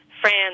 France